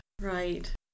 right